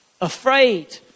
afraid